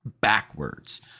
backwards